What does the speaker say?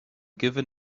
given